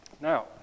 Now